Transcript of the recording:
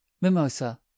Mimosa